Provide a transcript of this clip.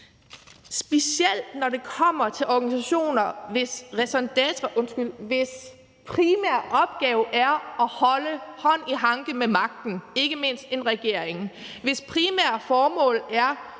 specielt, når det kommer til organisationer, hvis primære opgave er at have hånd i hanke med magten – ikke mindst med en regering – hvis primære formål er